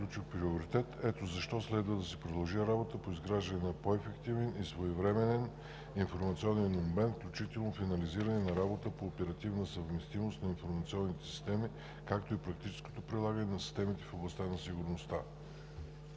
оперативна съвместимост на информационните системи, както и практическото прилагане на системите в областта на сигурността.